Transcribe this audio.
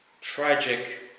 Tragic